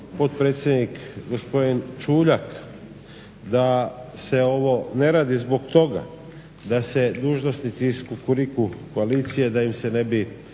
potpredsjednik gospodin Čuljak da se ovo ne radi zbog toga da se dužnosnici iz Kukuriku koalicije da im se ne bi